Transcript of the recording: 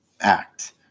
act